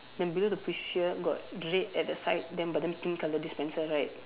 then below the push here got red at the side then but then pink colour dispenser right